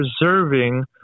preserving